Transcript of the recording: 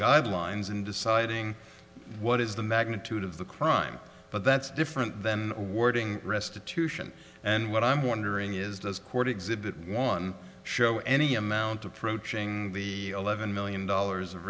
guidelines in deciding what is the magnitude of the crime but that's different than wording restitution and what i'm wondering is this court exhibit one show any amount approaching eleven million dollars of